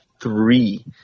three